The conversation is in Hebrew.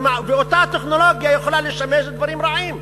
ואותה טכנולוגיה יכולה לשמש דברים רעים.